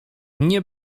nie